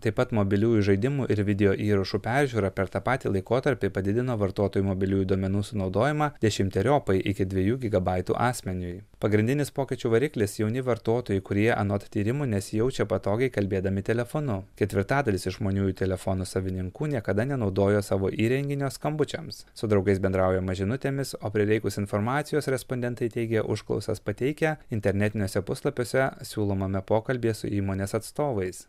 taip pat mobiliųjų žaidimų ir video įrašų peržiūra per tą patį laikotarpį padidino vartotojų mobiliųjų duomenų sunaudojimą dešimteriopai iki dviejų gigabaitų asmeniui pagrindinis pokyčių variklis jauni vartotojai kurie anot tyrimų nesijaučia patogiai kalbėdami telefonu ketvirtadalis išmaniųjų telefonų savininkų niekada nenaudojo savo įrenginio skambučiams su draugais bendraujama žinutėmis o prireikus informacijos respondentai teigė užklausas pateikę internetiniuose puslapiuose siūlomame pokalbyje su įmonės atstovais